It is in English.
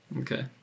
Okay